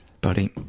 Buddy